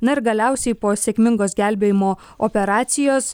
na ir galiausiai po sėkmingos gelbėjimo operacijos